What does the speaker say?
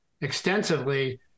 extensively